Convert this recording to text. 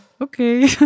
okay